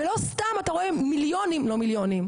ולא סתם אתה רואה מיליונים לא מיליונים,